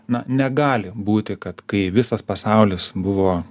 na negali būti kad kai visas pasaulis buvo